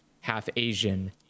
half-Asian